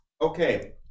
Okay